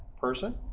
Person